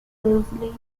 loosely